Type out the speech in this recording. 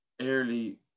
early